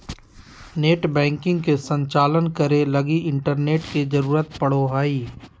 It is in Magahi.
नेटबैंकिंग के संचालन करे लगी इंटरनेट के जरुरत पड़ो हइ